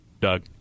Doug